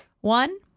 one